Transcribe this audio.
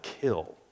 kill